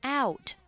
out